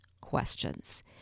questions